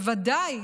בוודאי